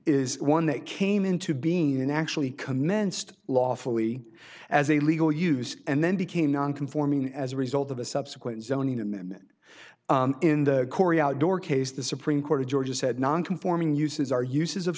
is one that came into being and actually commenced lawfully as a legal use and then became non conforming as a result of a subsequent zoning amendment in the corey outdoor case the supreme court of georgia said nonconforming uses are uses of